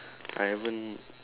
I haven't